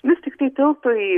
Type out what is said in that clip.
vis tiktai tiltui